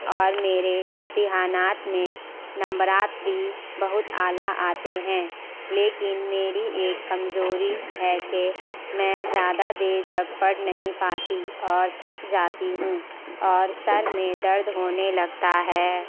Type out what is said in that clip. اور میرے امتحانات میں نمبرات بھی بہت اعلیٰ آتے ہیں لیکن میری ایک کمزوری ہے کہ میں زیادہ دیر تک پڑھ نہیں پاتی اور تھک جاتی ہوں اور سر میں درد ہونے لگتا ہے